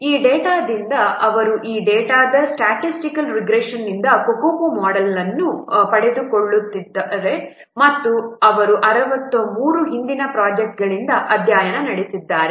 ಈ ಡೇಟಾದಿಂದ ಅವರು ಈ ಡೇಟಾದ ಸ್ಟ್ಯಾಟಿಸ್ಟಿಕಲ್ ರಿಗ್ರೆಷನ್ನಿಂದ ಈ COCOMO ಮೋಡೆಲ್ ಅನ್ನು ಪಡೆದುಕೊಂಡಿದ್ದಾರೆ ಮತ್ತು ಅವರು 63 ಹಿಂದಿನ ಪ್ರೊಜೆಕ್ಟ್ಗಳಿಂದ ಅಧ್ಯಯನಗಳನ್ನು ನಡೆಸಿದ್ದಾರೆ